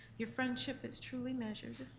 your friendship is truly measured.